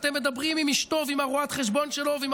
אתם מדברים עם אשתו ועם רואת החשבון שלו ועם